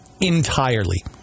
entirely